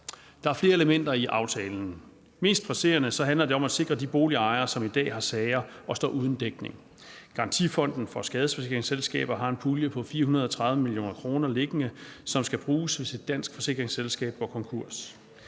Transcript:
Der er flere elementer i aftalen. Mest presserende handler det om at sikre de boligejere, som i dag har sager og står uden dækning. Garantifonden for skadesforsikringsselskaber har en pulje på 430 mio. kr. liggende, som skal bruges, hvis et dansk forsikringsselskab går konkurs.